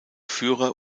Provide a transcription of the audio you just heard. führer